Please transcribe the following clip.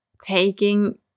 taking